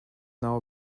now